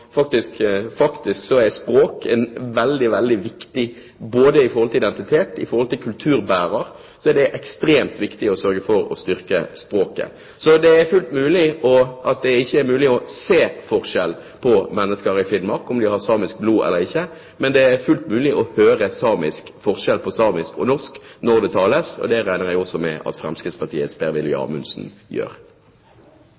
faktisk er veldig viktig. Både med tanke på identitet og som kulturbærer er det ekstremt viktig å sørge for å styrke språket. Det er ikke mulig å se forskjell på mennesker i Finnmark, om de har samisk blod eller ikke, men det er fullt mulig å høre forskjell på samisk og norsk når det tales. Det regner vi med at også Fremskrittspartiets